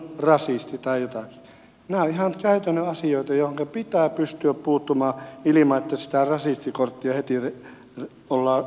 nämä ovat ihan käytännön asioita joihinka pitää pystyä puuttumaan ilman että sitä rasistikorttia heti ollaan levittämässä